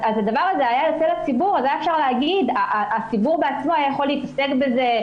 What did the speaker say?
הדבר הזה היה יוצא לציבור והציבור בעצמו היה יכול להתעסק בזה,